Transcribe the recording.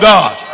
God